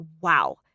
wow